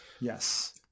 Yes